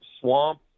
swamp